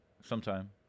sometime